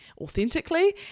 authentically